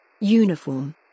Uniform